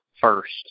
first